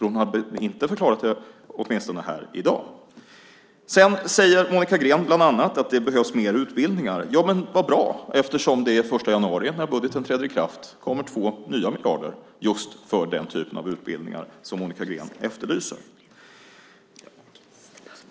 Hon har inte förklarat det i dag. Monica Green säger bland annat att det behövs mer utbildningar. Vad bra - eftersom det den 1 januari, när budgeten träder i kraft, kommer 2 nya miljarder just för den typen av utbildningar som Monica Green efterlyser.